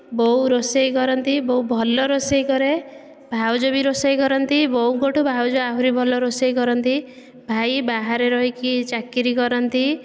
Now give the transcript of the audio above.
ବୋଉ ରୋଷେଇ କରନ୍ତି ବୋଉ ଭଲ ରୋଷେଇ କରେ ଭାଉଜ ବି ରୋଷେଇ କରନ୍ତି ବୋଉଙ୍କଠାରୁ ଭାଉଜ ଆହୁରି ଭଲ ରୋଷେଇ କରନ୍ତି ଭାଇ ବାହାରେ ରହିକି ଚାକିରୀ କରନ୍ତି